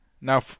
Now